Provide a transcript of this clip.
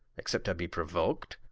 except i be prouok'd.